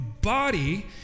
body